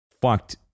fucked